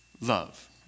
Love